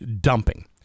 dumping